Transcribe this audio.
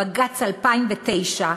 בג"ץ 2009,